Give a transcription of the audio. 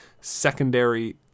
secondary